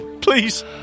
Please